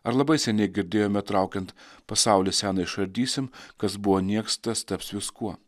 ar labai seniai girdėjome traukiant pasaulį seną išardysim kas buvo nieks tas taps viskuo